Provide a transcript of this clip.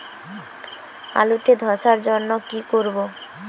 আলুতে ধসার জন্য কি করব?